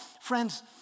Friends